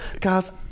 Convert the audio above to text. Guys